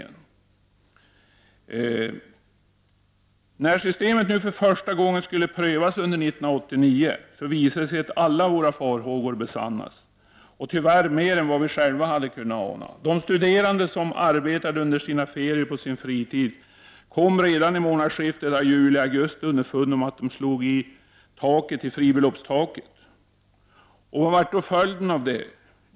När systemet för första gången skulle prövas under 1989 visade det sig att alla våra farhågor skulle besannas — och, tyvärr, mer än vi själva hade kunnat ana. De studerande som arbetade under sina ferier och på sin fritid kom redan vid månadsskiftet juli-augusti underfund med att de slog i fribeloppstaket. Vad blev då följden av detta?